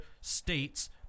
State's